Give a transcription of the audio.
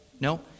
No